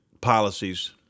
policies